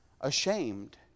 ashamed